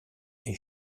est